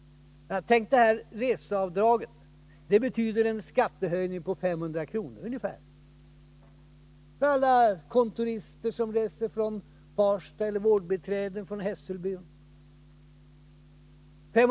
Borttagande av reseavdraget betyder en skattehöjning på ungefär 500 kr. för alla kontorister som reser från Farsta eller vårdbiträden från Hässelby.